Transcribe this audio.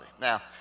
Now